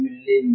me